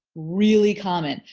really common,